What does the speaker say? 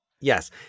Yes